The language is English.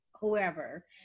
whoever